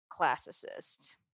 classicist